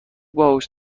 باهوش